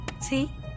see